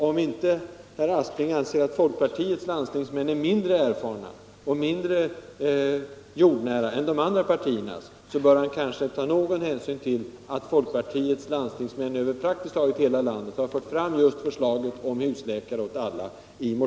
Om inte herr Aspling anser att folkpartiets landstingsmän är mindre erfarna och mindre jordnära än de andra partiernas, bör han kanske ta någon hänsyn till att folkpartiets landstingsmän över praktiskt taget hela landet i motioner har fört fram förslaget om husläkare åt alla.